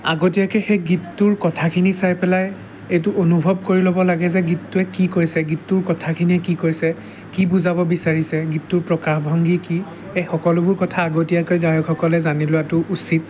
আগতীয়াকৈ সেই গীতটোৰ কথাখিনি চাই পেলাই এইটো অনুভৱ কৰি ল'ব লাগে যে গীতটোৱে কি কৈছে গীতটোৰ কথাখিনিয়ে কি কৈছে কি বুজাব বিচাৰিছে গীতটোৰ প্ৰকাশভংগী কি এই সকলোবোৰ কথা আগতীয়াকৈ গায়কসকলে জানি লোৱাটো উচিত